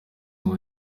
ngo